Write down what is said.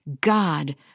God